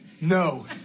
No